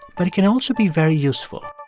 but it can also be very useful.